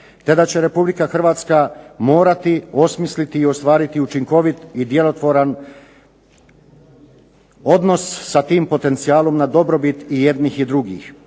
Te da će Republika Hrvatska morati osmisliti i ostvariti učinkovit i djelotvoran odnos sa tim potencijalom na dobrobit i jednih i drugih.